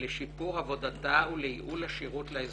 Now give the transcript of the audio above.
לשיפור עבודתה ולייעול השירות לאזרח.